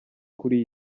kuri